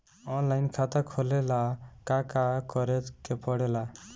Online खाता खोले ला का का करे के पड़े ला?